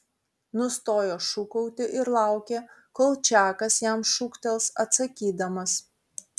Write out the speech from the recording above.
nustojo šūkauti ir laukė kol čakas jam šūktels atsakydamas